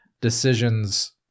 decisions